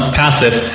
passive